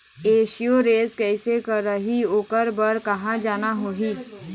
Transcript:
Insurance कैसे करही, ओकर बर कहा जाना होही?